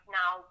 now